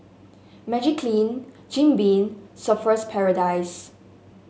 Magiclean Jim Beam Surfer's Paradise